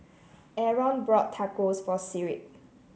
Arron bought Tacos for Sigrid